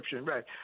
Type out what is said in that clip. Right